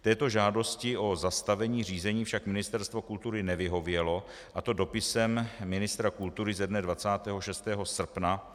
Této žádosti o zastavení řízení však Ministerstvo kultury nevyhovělo, a to dopisem ministra kultury ze dne 26. srpna.